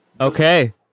Okay